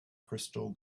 crystal